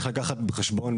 של התיקון לחוק,